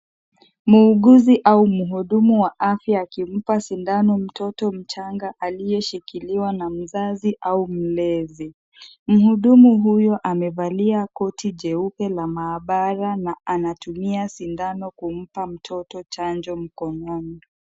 Muuguzi au mhudumu wa afya akimpa sindano mtoto mchanga aliyeshikiliwa na mzazi au mlezi. Mhudumu huyu amevalia koti jeupe la maabara na anatumia sindano kumpa mtoto chanjo mkononi.